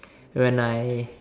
when I